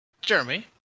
Jeremy